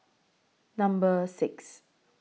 Number six